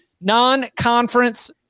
non-conference